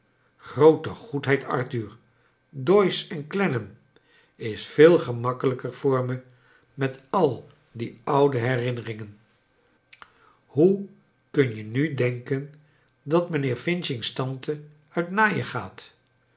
groote goedheid arthur doyce en clennam is veel gemakkelijker voor me met al die oude herinneringen hoe kun je nu denken dat mrjnheer f's tante uit naaien gaatf